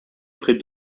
près